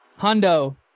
Hundo